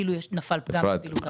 כאילו נפל פגם בפעילות העמותה.